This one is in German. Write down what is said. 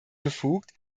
befugt